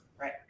Right